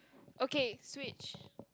okay Switch